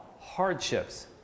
hardships